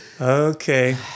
Okay